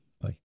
bye